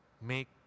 Make